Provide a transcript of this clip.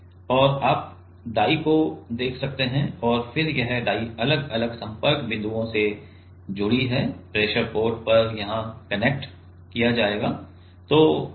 तो आप डाई को देख सकते हैं और फिर यह डाई अलग अलग संपर्क बिंदुओं से जुड़ी है प्रेशर पोर्ट पर यहां कनेक्ट किया जाएगा